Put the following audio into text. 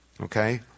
Okay